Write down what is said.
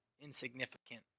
insignificant